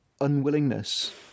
unwillingness